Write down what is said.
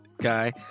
guy